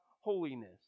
holiness